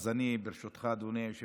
אז אני, ברשותך, אדוני היושב-ראש,